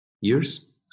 years